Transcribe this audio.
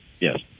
Yes